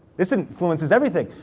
this influences everything.